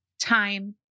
time